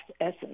essence